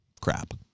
crap